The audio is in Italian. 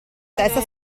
testa